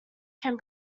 can